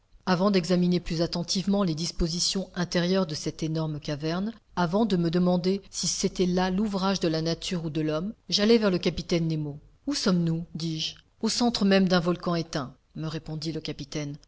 avant d'examiner plus attentivement les dispositions intérieures de cette énorme caverne avant de me demander si c'était là l'ouvrage de la nature ou de l'homme j'allai vers le capitaine nemo où sommes-nous dis-je au centre même d'un volcan éteint me répondit le capitaine